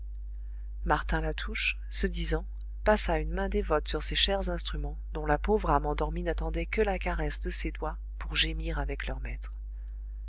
martin latouche ce disant passa une main dévote sur ses chers instruments dont la pauvre âme endormie n'attendait que la caresse de ses doigts pour gémir avec leur maître